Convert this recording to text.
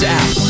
app